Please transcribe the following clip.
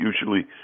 Usually